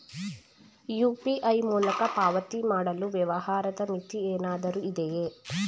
UPI ಮೂಲಕ ಪಾವತಿ ಮಾಡಲು ವ್ಯವಹಾರದ ಮಿತಿ ಏನಾದರೂ ಇದೆಯೇ?